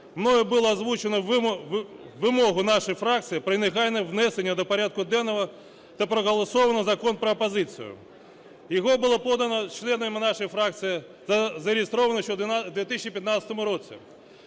мною була озвучена вимога нашої фракції про негайне внесення до порядку денного та проголосовано закон про опозицію. Його було подано членами нашої фракції, зареєстровано ще у 2015 році.